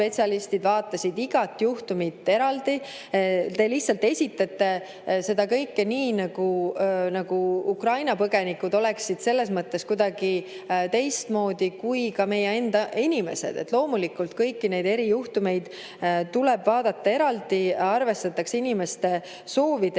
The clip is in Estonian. vaatasid igat juhtumit eraldi. Te lihtsalt esitate seda kõike nii, nagu Ukraina põgenikud oleksid selles mõttes kuidagi teistmoodi kui meie enda inimesed. Loomulikult kõiki neid eri juhtumeid tuleb vaadata eraldi. Arvestatakse inimeste soovide